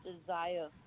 desire